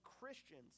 Christians